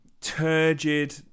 turgid